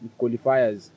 qualifiers